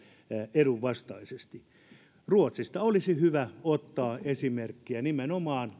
edun vastaisesti ruotsista olisi hyvä ottaa esimerkkiä nimenomaan